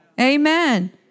Amen